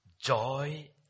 joy